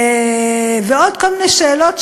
ועוד כל מיני שאלות,